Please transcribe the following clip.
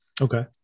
Okay